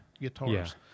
guitars